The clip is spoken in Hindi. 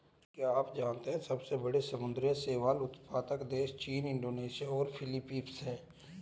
क्या आप जानते है सबसे बड़े समुद्री शैवाल उत्पादक देश चीन, इंडोनेशिया और फिलीपींस हैं?